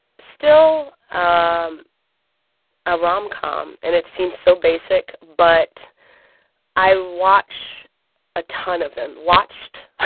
still? um a rom-com and it seems so basic. but i watch a ton of them watched,